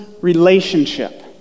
relationship